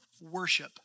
worship